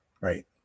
right